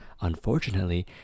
unfortunately